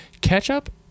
ketchup